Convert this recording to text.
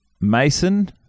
Mason